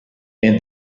and